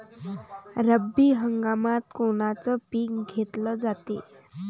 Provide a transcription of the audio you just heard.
रब्बी हंगामात कोनचं पिक घेतलं जाते?